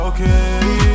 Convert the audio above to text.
Okay